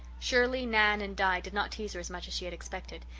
shirley, nan, and di did not tease her as much as she had expected.